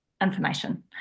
information